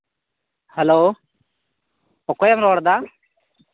hello ᱚᱠᱚᱭᱮᱢ ᱨᱚᱲᱫᱟ